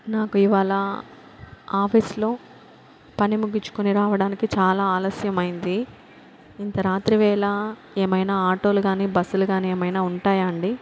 నాకు ఇవాళ ఆఫీస్లో పని ముగించుకొని రావడానికి చాలా ఆలస్యం అయింది ఇంత రాత్రివేళ ఏమైనా ఆటోలు కానీ బస్సులు కానీ ఏమైనా ఉంటాయా అండి